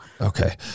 Okay